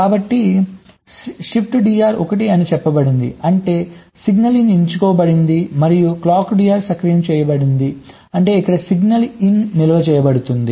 కాబట్టి ShiftDR 1 అని చెప్పబడింది అంటే సిగ్నల్ ఇన్ ఎంచుకోబడింది మరియు ClockDR సక్రియం చేయబడింది అంటే ఇక్కడ సిగ్నల్ ఇన్ నిల్వ చేయబడుతుంది